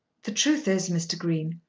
the truth is, mr. green,